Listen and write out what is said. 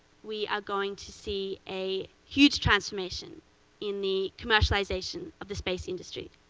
we are going to see a huge transformation in the commercialization of the space industry.